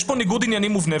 יש פה ניגוד עניינים מובנה,